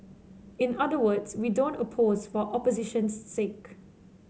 in other words we don't oppose for opposition's sake